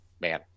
man